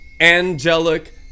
angelic